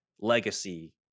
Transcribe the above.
legacy